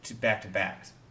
back-to-backs